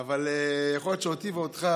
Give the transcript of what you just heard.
אבל יכול להיות שאותי ואותך,